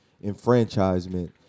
enfranchisement